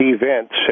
events